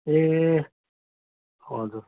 ए हजुर